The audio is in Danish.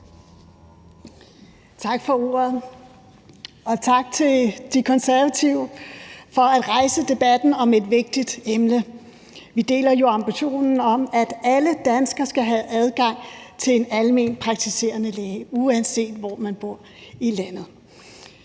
Tak for ordet. Og tak til De Konservative for at rejse debatten om et vigtigt emne. Vi deler jo ambitionen om, at alle danskere skal have adgang til en almenpraktiserende læge, uanset hvor man bor i landet.